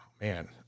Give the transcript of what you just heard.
man